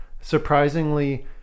Surprisingly